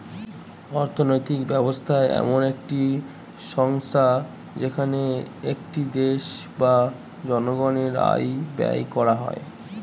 অর্থনৈতিক ব্যবস্থা এমন একটি সংস্থা যেখানে একটি দেশ বা জনগণের আয় ব্যয় করা হয়